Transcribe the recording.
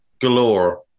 galore